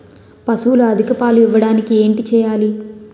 పశువులు అధిక పాలు ఇవ్వడానికి ఏంటి చేయాలి